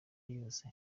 yose